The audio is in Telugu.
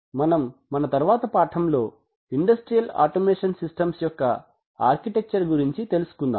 మనము మన తరువాత పాఠం లో ఇండస్ట్రియల్ ఆటోమేషన్ సిస్టమ్స్ యొక్క ఆర్కిటెక్చర్ గురించి తెలుసుకుందాం